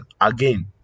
again